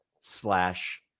slash